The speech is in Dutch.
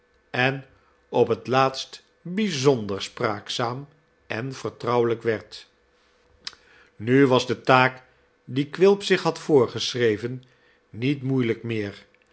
en op het laatst bijzonder spraakzaam en vertrouwelijk werd nu was de taak die quilp zich had voorgeschreven niet moeielijk meer